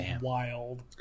wild